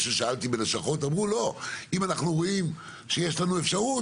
כששאלתי בלשכות אמרו: אם אנחנו רואים שיש לנו אפשרות,